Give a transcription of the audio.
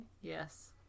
Yes